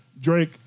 Drake